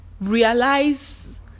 realize